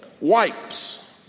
wipes